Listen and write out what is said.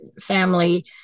family